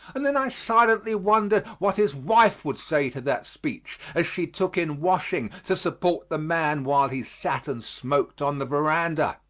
and then i silently wondered what his wife would say to that speech, as she took in washing to support the man while he sat and smoked on the veranda.